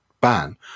ban